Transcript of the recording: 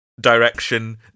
direction